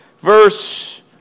verse